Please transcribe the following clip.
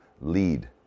lead